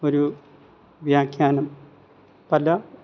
ഒരു വ്യാഖ്യാനം പല